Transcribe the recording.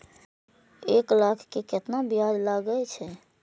एक लाख के केतना ब्याज लगे छै?